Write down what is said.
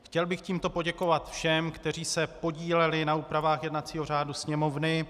Chtěl bych tímto poděkovat všem, kteří se podíleli na úpravách jednacího řádu Sněmovny.